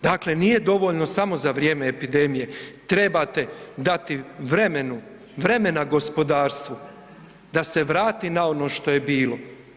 Dakle nije dovoljno samo za vrijeme epidemije, trebati dati vremena gospodarstvu da se vrati na ono što je bilo.